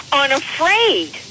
unafraid